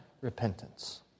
repentance